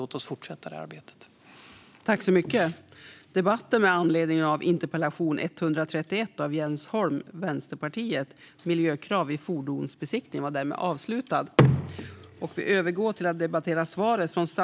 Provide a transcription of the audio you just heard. Låt oss fortsätta det arbetet!